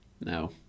No